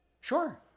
Sure